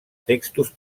textos